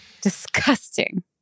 Disgusting